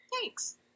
Thanks